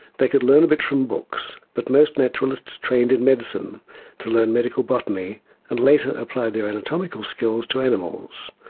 they could learn a bit from books, but most naturalists trained in medicine to learn medical botany and later applied their anatomical skills to animals.